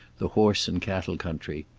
the horse and cattle country.